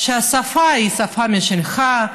שהשפה היא השפה שלך,